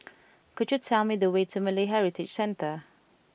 could you tell me the way to Malay Heritage Centre